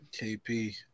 KP